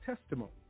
testimony